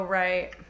right